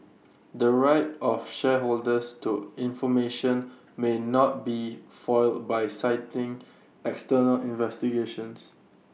the right of shareholders to information may not be foiled by citing external investigations